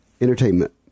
Entertainment